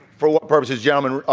for what purposes, gentlemen,